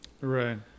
Right